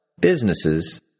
businesses